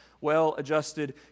well-adjusted